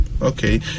Okay